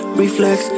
reflex